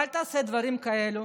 אל תעשה דברים כאלה,